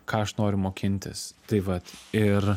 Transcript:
ką aš noriu mokintis tai vat ir